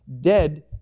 dead